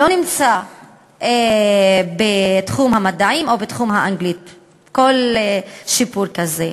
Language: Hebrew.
אך לא נמצא בתחום המדעים או בתחום האנגלית כל שיפור כזה,